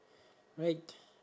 right